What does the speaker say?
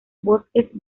bosques